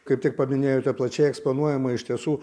kaip tik paminėjote plačiai eksponuojama iš tiesų